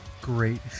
great